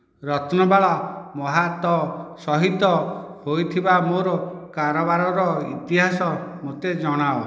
ରତ୍ନବାଳା ମହାତ ସହିତ ହୋଇଥିବା ମୋର କାରବାରର ଇତିହାସ ମୋତେ ଜଣାଅ